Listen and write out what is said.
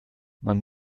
man